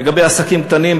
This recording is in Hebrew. לגבי עסקים קטנים,